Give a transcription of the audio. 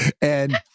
And-